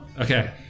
Okay